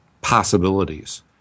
possibilities